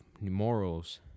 morals